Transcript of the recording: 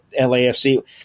LAFC